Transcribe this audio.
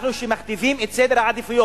אנחנו מכתיבים את סדר העדיפויות.